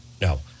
no